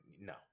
no